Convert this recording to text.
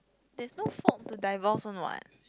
there is no fault to divorce [one] [what]